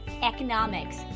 economics